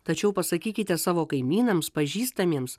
tačiau pasakykite savo kaimynams pažįstamiems